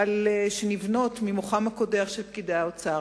שנבנות ממוחם הקודח של פקידי האוצר.